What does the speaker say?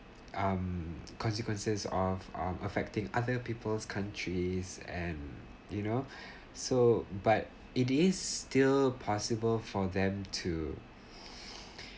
um consequences of um affecting other people's countries and you know so but it is still possible for them to